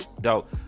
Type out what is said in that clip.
Dope